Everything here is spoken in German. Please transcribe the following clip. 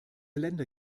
länder